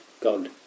God